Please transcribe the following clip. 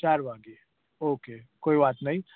ચાર વાગ્યે ઓકે કોઈ વાત નહીં